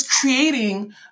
creating